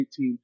18